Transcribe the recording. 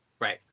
Right